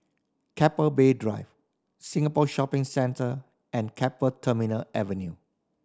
Keppel Bay Drive Singapore Shopping Centre and Keppel Terminal Avenue